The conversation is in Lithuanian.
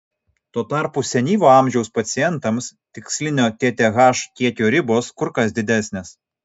tuo tarpu senyvo amžiaus pacientams tikslinio tth kiekio ribos kur kas didesnės